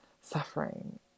suffering